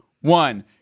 one